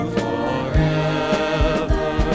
forever